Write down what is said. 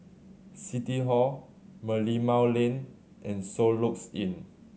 City Hall Merlimau Lane and Soluxe Inn